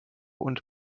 und